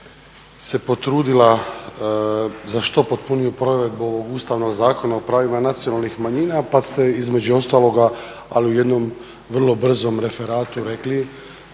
se potrudila za što potpuniju provedbu ovog Ustavnog Zakona o pravima nacionalnih manjina pa ste između ostaloga, ali u jednom vrlo brzom referatu rekli